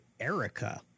Erica